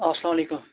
اسلام وعلیکُم